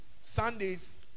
Sundays